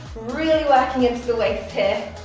really working into the waist here.